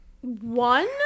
One